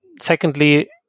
Secondly